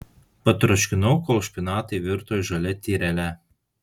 patroškinau kol špinatai virto žalia tyrele